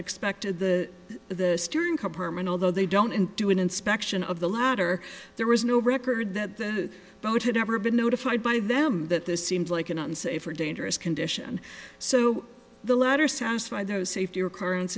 expected the the steering copperman although they don't and do an inspection of the latter there was no record that the boat had ever been notified by them that this seemed like an unsafe or dangerous condition so the latter satisfy those safety or currents